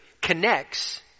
connects